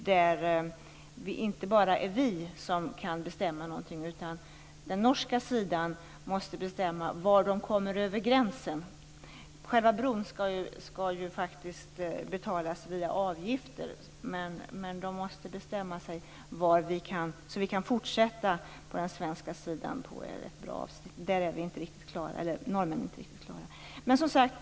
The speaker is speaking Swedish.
Där är det inte bara vi som skall bestämma, utan norrmännen måste bestämma var den skall gå över gränsen. Själva bron skall ju faktiskt betalas via avgifter, men de måste bestämma sig så att vi kan fortsätta på den svenska sidan, och det är norrmännen inte riktigt klara med ännu.